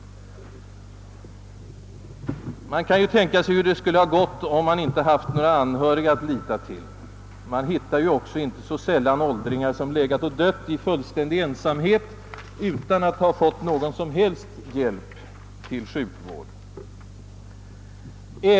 Man kan tänka sig hur det hade gått om han inte haft några anhöriga att lita till. Man hittar ju inte så sällan åldringar som legat och dött i fullständig ensamhet utan att ha fått någon som helst hjälp till sjukvård.